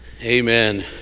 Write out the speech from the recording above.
Amen